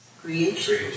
Creation